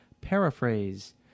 paraphrase